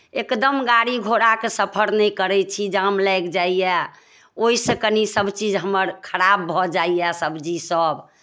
एकदम गाड़ी घोड़ाके सफर नहि करै छी जाम लागि जाइए ओहिसँ कनी सभचीज हमर खराब भऽ जाइए सब्जीसभ